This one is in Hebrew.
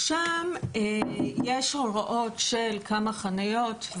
שם יש הוראות של כמה חניות,